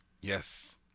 Yes